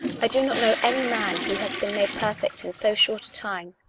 i do not know any man who has been made perfect in so short a time.